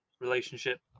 relationship